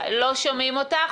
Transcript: לא שומעים אותך.